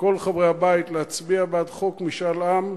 כל חברי הבית להצביע בעד חוק משאל עם,